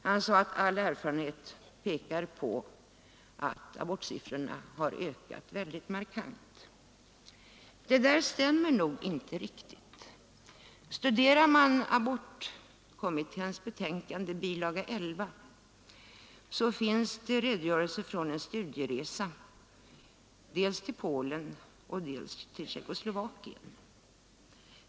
Han sade att all erfarenhet pekar på att abortsiffrorna har ökat mycket markant. Det där stämmer nog inte riktigt. I abortkommitténs betänkande, bil. 11, finns en redogörelse från en studieresa till dels Polen, dels Tjeckoslovakien.